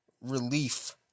relief